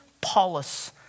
Paulus